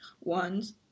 ones